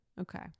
Okay